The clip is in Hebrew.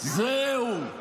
זהו.